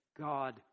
God